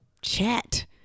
chat